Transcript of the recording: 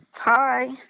Hi